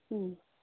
হুম